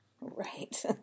Right